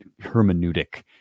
hermeneutic